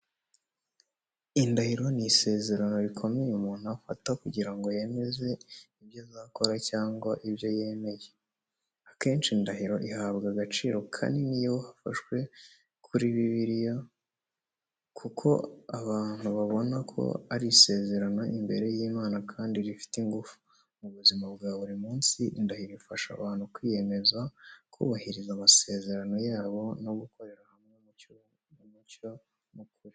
Indahiro ni isezerano rikomeye umuntu afata kugira ngo yemeze ibyo azakora cyangwa ibyo yemeye. Akenshi indahiro ihabwa agaciro kanini iyo hafashwe kuri Bibiliya, kuko abantu babona ko ari isezerano imbere y’Imana kandi rifite ingufu. Mu buzima bwa buri munsi, indahiro ifasha abantu kwiyemeza, kubahiriza amasezerano yabo no gukorera hamwe mu mucyo n’ukuri.